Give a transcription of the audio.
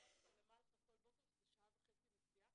לשלוח אותו למלחה כל בוקר, שזה שעה וחצי נסיעה.